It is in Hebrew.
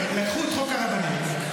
לקחו את חוק הרבנים,